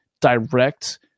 direct